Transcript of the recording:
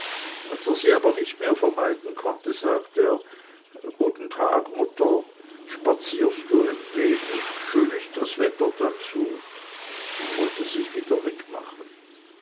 er sie aber nicht mehr vermeiden konnte sagte er guten tag mutter spazierest ein wenig schön ist das wetter dazu und wollte sich wieder wegmachen